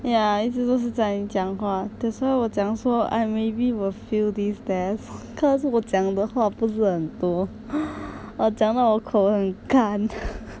ya 一直都是在你讲可是我讲说 !aiya! maybe will fail this test cause 我讲的话不是很多我讲到我口很干